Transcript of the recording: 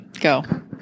go